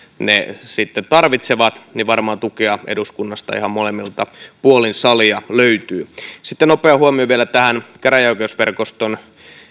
ne sitten tarvitsevat varmaan tukea eduskunnasta ihan molemmilta puolin salia löytyy sitten nopea huomio vielä tähän käräjäoikeusverkoston